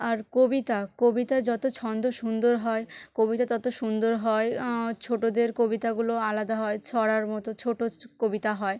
আর কবিতা কবিতা যতো ছন্দ সুন্দর হয় কবিতা তত সুন্দর হয় ছোটোদের কবিতাগুলো আলাদা হয় ছড়ার মতো ছোটো কবিতা হয়